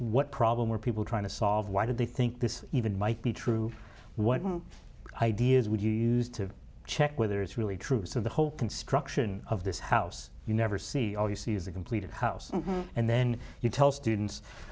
what problem are people trying to solve why did they think this even might be true what ideas would you used to check whether it's really true so the whole construction of this house you never see all you see is a completed house and then you tell students